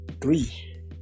Three